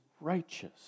righteous